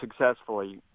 successfully